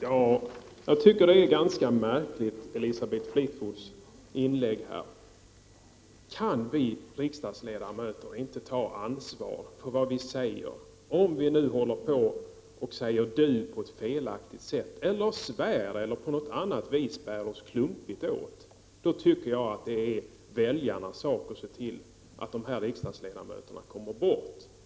Ja, jag tycker att det är ganska märkligt, Elisabeth Fleetwoods inlägg här. Kan vi riksdagsledamöter inte ta ansvar för vad vi säger, om vi nu håller på och säger du på ett felaktigt sätt eller svär eller på något annat vis bär oss klumpigt åt? Då tycker jag att det är väljarnas sak att se till att de här riksdagsledamöterna kommer bort.